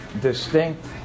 distinct